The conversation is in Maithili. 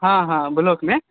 हँ हँ ब्लॉकमे